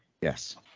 Yes